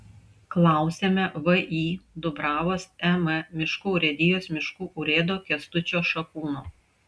klausiame vį dubravos em miškų urėdijos miškų urėdo kęstučio šakūno